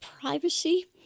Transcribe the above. privacy